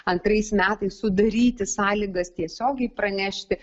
antrais metais sudaryti sąlygas tiesiogiai pranešti